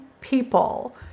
people